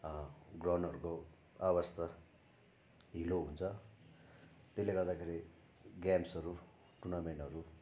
ग्राउन्डहरूको अवस्था हिलो हुन्छ त्यसले गर्दाखेरि गेम्सहरू टुर्नामेन्टहरू